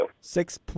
Six